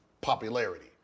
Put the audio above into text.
popularity